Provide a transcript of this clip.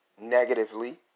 negatively